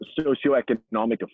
socioeconomic